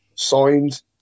Signed